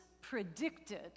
predicted